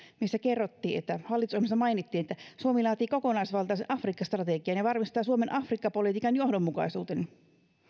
missä kerrottiin hallitusohjelmassa mainittiin että suomi laatii kokonaisvaltaisen afrikka strategian ja varmistaa suomen afrikka politiikan johdonmukaisuuden